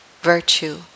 virtue